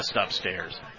upstairs